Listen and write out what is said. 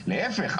להיפך,